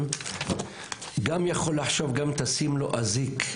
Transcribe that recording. שמסכן גם יכול לחשוב גם אם תשים לו אזיק,